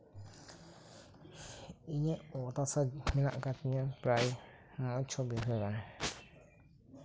ᱤᱧᱟᱹᱜ ᱦᱟᱥᱟ ᱢᱮᱱᱟᱜ ᱟᱠᱟᱫ ᱛᱤᱧᱟ ᱯᱨᱟᱭ ᱪᱷᱚ ᱵᱤᱜᱷᱟᱹ ᱜᱟᱱ